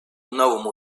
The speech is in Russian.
новому